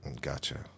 Gotcha